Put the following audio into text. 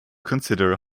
consider